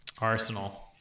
Arsenal